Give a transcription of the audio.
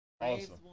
Awesome